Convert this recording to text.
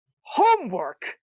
homework